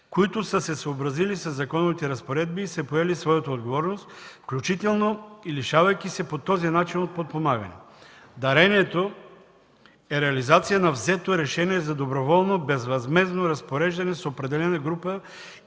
които са се съобразили със законовите разпоредби и са поели своята отговорност, включително и лишавайки се по този начин от подпомагане. Дарението е реализация на взето решение за доброволно, безвъзмездно разпореждане с определена група